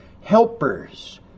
Helpers